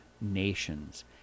nations